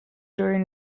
during